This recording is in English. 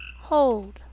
Hold